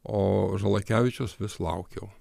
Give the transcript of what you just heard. o žalakevičiaus vis laukiau